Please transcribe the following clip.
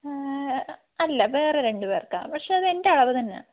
അല്ല വേറെ രണ്ട് പേർക്കാണ് പക്ഷേ അതെന്റെ അളവ് തന്നെയാണ്